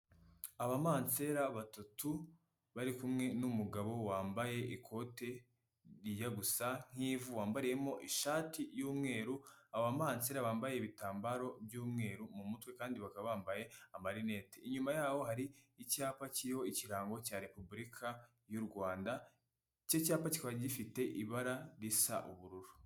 Abamasera batatu bari kumwe n'umugabo wambaye ikote rijya gusa nk'ivu wambariyemo ishati y'umweru. Abamasera bambaye ibitambaro by'umweru mu mutwe, kandi bakaba bambaye amarinete. Inyuma yaho hari icyapa kiriho ikirango cya Repubulika y'u Rwanda. Icyo cyapa kikaba gifite ibara risa ry'ubururu.